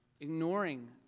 Ignoring